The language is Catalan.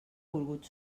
volgut